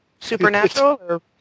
Supernatural